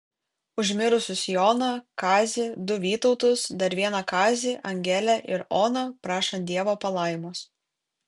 už mirusius joną kazį du vytautus dar vieną kazį angelę ir oną prašant dievo palaimos